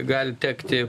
gali tekti